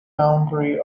boundary